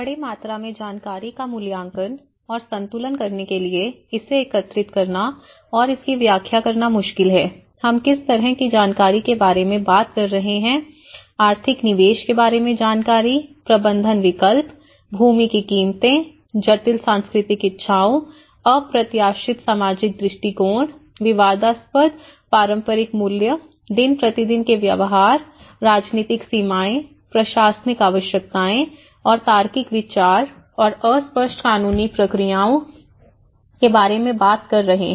बड़ी मात्रा में जानकारी का मूल्यांकन और संतुलन करने के लिए इसे एकत्रित करना और इसकी व्याख्या करना मुश्किल है हम किस तरह की जानकारी के बारे में बात कर रहे हैं आर्थिक निवेश के बारे में जानकारी प्रबंधन विकल्प भूमि की कीमतें जटिल सांस्कृतिक इच्छाओं अप्रत्याशित सामाजिक दृष्टिकोण विवादास्पद पारंपरिक मूल्य दिन प्रतिदिन के व्यवहार राजनीतिक सीमाएं प्रशासनिक आवश्यकताएं और तार्किक विचार और अस्पष्ट कानूनी प्रक्रियाएं के बारे में बात कर रहे हैं